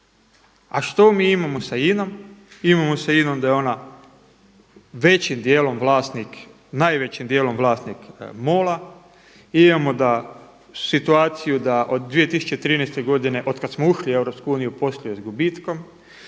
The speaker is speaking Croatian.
A što mi imamo sa INA-om? Imamo sa INA-om da je ona većim dijelom najvećim dijelom vlasnik MOL-a, imamo situaciju da od 2013. godine od kada smo ušli u EU posluje s gubitkom,